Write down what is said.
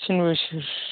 तिन बोसोर